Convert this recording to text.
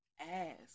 ask